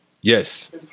Yes